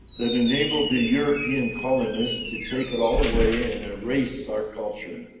that enabled the european colonists to take it all away in a race, our culture.